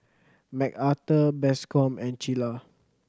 Macarthur Bascom and Cilla